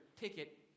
ticket